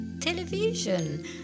television